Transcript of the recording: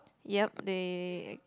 yup they